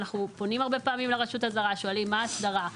ואנחנו פונים הרבה פעמים לרשות הזרה ושואלים: מה האסדרה?